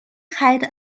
had